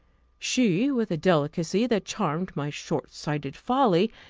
she, with a delicacy that charmed my short-sighted folly,